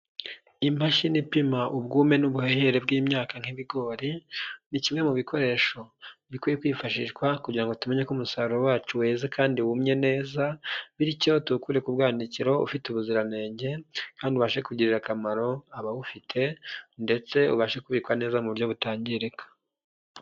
Imashini ipima ubwume n'ubuhehere bw'imyaka nk'ibigori ni kimwe mu bikoresho bikwiye kwifashishwa kugira ngo tumenye ko umusaruro wacu weze kandi wumye neza bityo tukure kubwandikira ufite ubuziranenge kandi ubashe kugirira akamaro abawufite ndetse ubashe kubikwa neza mu buryo butangirika.